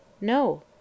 No